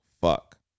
fuck